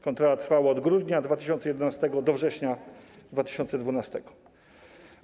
Kontrola trwała od grudnia 2011 r. do września 2012 r.